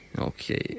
Okay